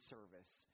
Service